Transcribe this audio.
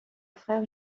frère